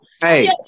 Hey